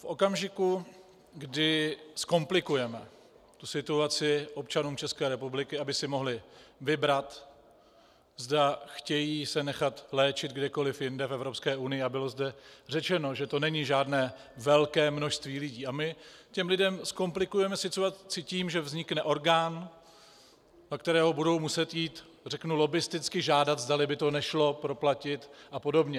V okamžiku, kdy zkomplikujeme situaci občanům České republiky, aby si mohli vybrat, zda se chtějí nechat léčit kdekoli jinde v Evropské unii a bylo zde řečeno, že to není žádné velké množství lidí , a my těm lidem zkomplikujeme situaci tím, že vznikne orgán, do kterého budou muset jít, řeknu, lobbisticky žádat, zdali by to nešlo proplatit apod. ...